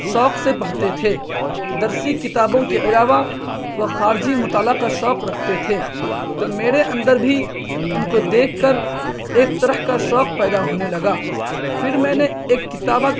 شوق سے پڑھتے تھے درسی کتابوں کے علاوہ وہ خارجی مطالعہ کا شوق رکھتے تھے تو میرے اندر بھی ان کو دیکھ کر ایک طرح کا شوق پیدا ہونے لگا پھر میں نے ایک کتاب